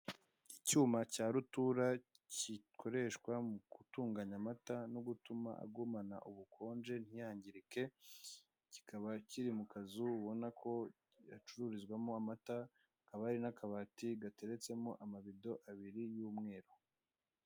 Icyuma cya rutura kikoreshwa mu gutunganya amata no gutuma agumana ubukonje ntiyangirike, kikaba kiri mu kazu ubona ko gacururizwamo amata, hakaba hari akabati gateretsemo amabido abiri y'umweru.